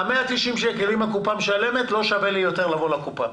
אם הקופה משלמת לא שווה לי יותר לבוא לקופה,